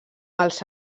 els